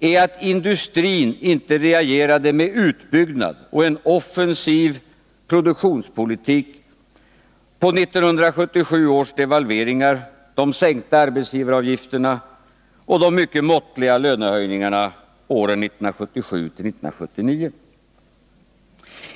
är att industrin inte reagerade med utbyggnad och en offensiv produktionspolitik på 1977 års devalveringar, de sänkta arbetsgivaravgifterna och de mycket måttliga lönehöjningarna åren 1977-1979.